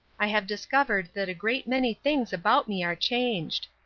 i have discovered that a great many things about me are changed.